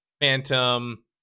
Phantom